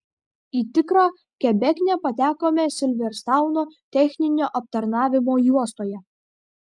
į tikrą kebeknę patekome silverstouno techninio aptarnavimo juostoje